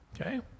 Okay